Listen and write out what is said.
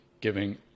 giving